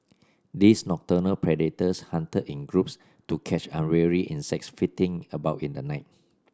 these nocturnal predators hunted in groups to catch unwary insects flitting about in the night